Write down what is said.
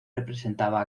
representaba